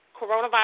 coronavirus